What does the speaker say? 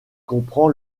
comprend